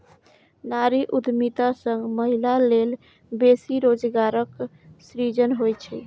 नारी उद्यमिता सं महिला लेल बेसी रोजगारक सृजन होइ छै